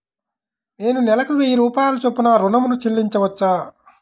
నేను నెలకు వెయ్యి రూపాయల చొప్పున ఋణం ను చెల్లించవచ్చా?